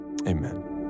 amen